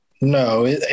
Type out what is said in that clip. no